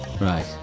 Right